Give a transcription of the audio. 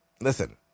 listen